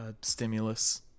stimulus